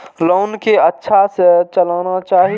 Loan के अच्छा से चलाना चाहि?